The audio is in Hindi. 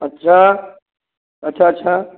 अच्छा अच्छा अच्छा